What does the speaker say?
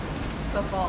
her fault